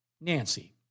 Nancy